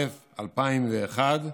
2001,